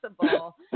possible